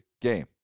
game